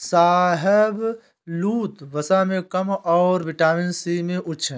शाहबलूत, वसा में कम और विटामिन सी में उच्च है